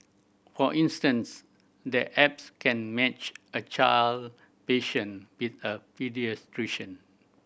for instance the apps can match a child patient with a paediatrician